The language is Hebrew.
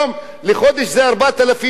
לחודש זה 4,000 שקל,